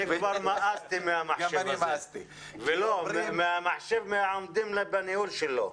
אני כבר מאסתי במחשב הזה ולא מהמחשב כמו מהעוסקים בהניהול שלו.